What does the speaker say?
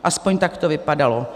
Aspoň tak to vypadalo.